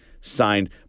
signed